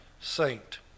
saint